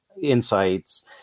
insights